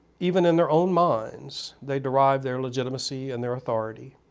even in their own minds, they derived their legitimacy and their authority